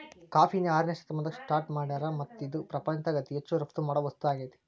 ಕಾಫಿನ ಆರನೇ ಶತಮಾನದಾಗ ಸ್ಟಾರ್ಟ್ ಮಾಡ್ಯಾರ್ ಮತ್ತ ಇದು ಪ್ರಪಂಚದಾಗ ಅತಿ ಹೆಚ್ಚು ರಫ್ತು ಮಾಡೋ ವಸ್ತು ಆಗೇತಿ